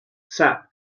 sap